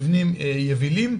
מבנים יבילים.